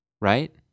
Right